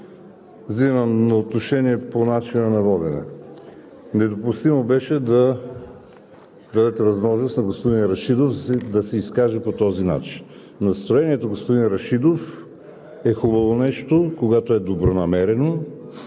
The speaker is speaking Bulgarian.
Вземам отношение по начина на водене. Недопустимо беше да дадете възможност на господин Рашидов да се изкаже по този начин. Настроението, господин Рашидов, е хубаво нещо, когато е добронамерено,